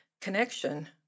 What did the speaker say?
connection